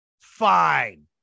Fine